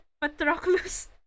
Patroclus